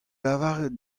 lavaret